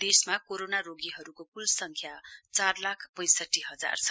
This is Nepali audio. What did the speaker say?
देशमा कोरोना रोगीहरुको कुल संख्या चार लाख पैंसठी हजार छ